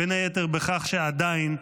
בין היתר בכך שעדיין,